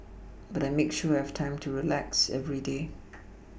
but I make sure I have time to relax every day